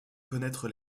connaître